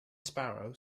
sparrow